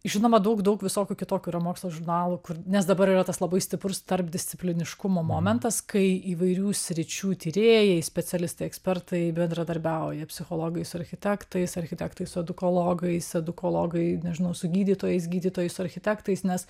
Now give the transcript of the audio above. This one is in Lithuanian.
žinoma daug daug visokių kitokių yra mokslo žurnalų kur nes dabar yra tas labai stiprus tarpdiscipliniškumo momentas kai įvairių sričių tyrėjai specialistai ekspertai bendradarbiauja psichologai su architektais architektai su edukologais edukologai nežinau su gydytojais gydytojais su architektais nes